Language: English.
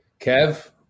Kev